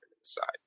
inside